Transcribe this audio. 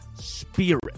spirit